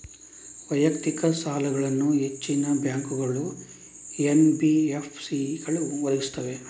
ವೈಯಕ್ತಿಕ ಸಾಲಗಳನ್ನು ಹೆಚ್ಚಿನ ಬ್ಯಾಂಕುಗಳು, ಎನ್.ಬಿ.ಎಫ್.ಸಿಗಳು ಒದಗಿಸುತ್ತವೆ